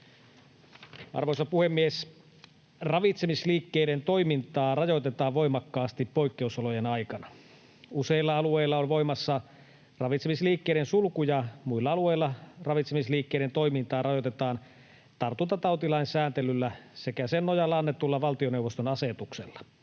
Arvoisa puhemies! Ravitsemisliikkeiden toimintaa rajoitetaan voimakkaasti poikkeus-olojen aikana. Useilla alueilla on voimassa ravitsemisliikkeiden sulku, ja muilla alueilla ravitsemisliikkeiden toimintaa rajoitetaan tartuntatautilain sääntelyllä sekä sen nojalla annetulla valtioneuvoston asetuksella.